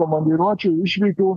komandiruočių išvykų